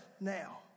now